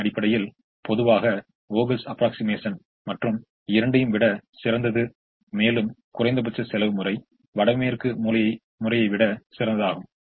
தீர்வின் அடிப்படையில் பொதுவாக வோகலின் ஆஃப்ரொக்ஸிமஷன் Vogels approximation மற்ற இரண்டையும் விட சிறந்தது மேலும் குறைந்தபட்ச செலவு முறை வடமேற்கு மூலை முறையை விட சிறந்ததாகும்